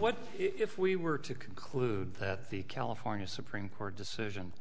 what if we were to conclude that the california supreme court decision